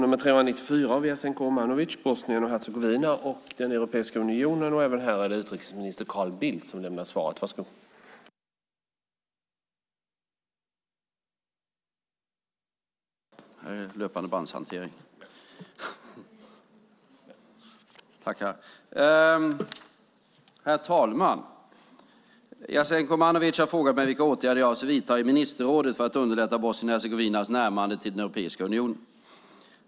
Herr talman! Jasenko Omanovic har frågat mig vilka åtgärder jag avser att vidta i ministerrådet för att underlätta Bosnien och Hercegovinas närmande till Europeiska unionen.